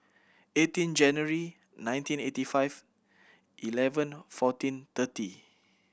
eighteen January nineteen eighty five eleven fourteen thirty